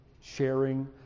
sharing